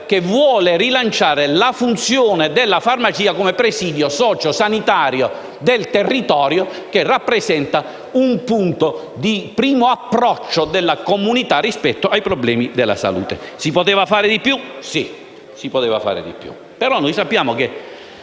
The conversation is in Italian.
che vuole rilanciare la funzione della farmacia come presidio sociosanitario del territorio rappresentando un punto di primo approccio della comunità rispetto ai problemi della salute. Si poteva fare di più? Sì, si poteva fare di più. Però sappiamo che